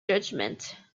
judgement